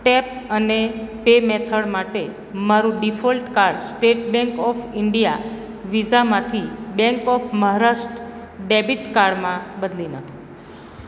tap અને pay method માટે મારું default card state bank of India વિસામાંથી બેંક ઓફ મહારાષ્ટ્ર ડેબિટ કાર્ડમાં બદલી નાંખો